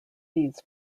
these